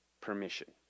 permission